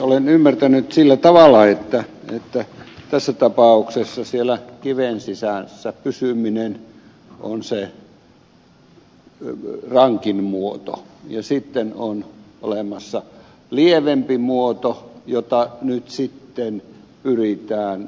olen ymmärtänyt sillä tavalla että tässä tapauksessa siellä kiven sisässä pysyminen on se rankin muoto ja sitten on olemassa lievempi muoto josta nyt sitten yrittää